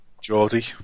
Geordie